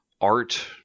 art